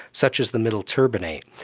such as the middle turbinate,